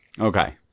Okay